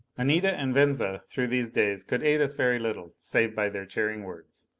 anita and venza through these days could aid us very little save by their cheering words.